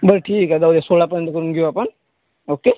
बरं ठीक आहे जाऊदे सोळापर्यंत करून घेऊ आपण ओके